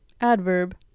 Adverb